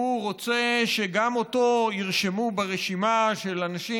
הוא רוצה שגם אותו ירשמו ברשימה של אנשים